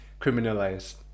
criminalized